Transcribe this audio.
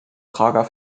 prager